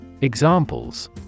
Examples